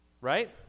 Right